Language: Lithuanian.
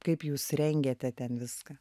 kaip jūs rengiate ten viską